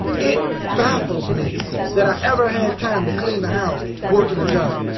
it baffles me that i ever had time to clean the house working a job.